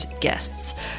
guests